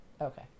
Okay